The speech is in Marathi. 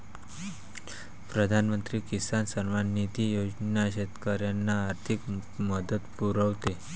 प्रधानमंत्री किसान सन्मान निधी योजना शेतकऱ्यांना आर्थिक मदत पुरवते